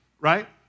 right